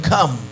come